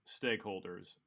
Stakeholders